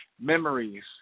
Memories